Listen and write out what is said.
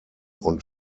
und